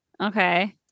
Okay